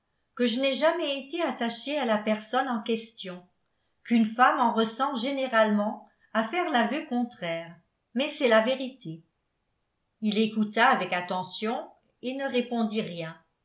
que je n'ai jamais été attachée à la personne en question qu'une femme en ressent généralement à faire l'aveu contraire mais c'est la vérité il l'écouta avec attention et ne répondit rien